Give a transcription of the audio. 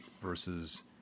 versus